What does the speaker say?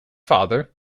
father